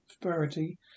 prosperity